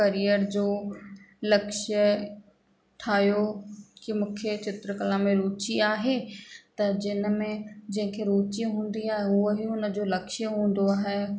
career जो लक्ष्य ठाहियो की मूंखे चित्रकला में रुचि आहे त जिन में जंहिंखे रुचि हूंदी आहे उहा ई हुन जो लक्ष्य हूंदो आहे